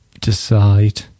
decide